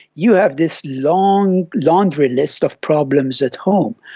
you have this long laundry list of problems at home,